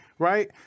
Right